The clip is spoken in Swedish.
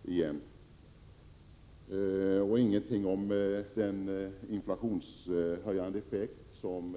Torsten Karlsson sade heller ingenting om den inflationshöjande effekt som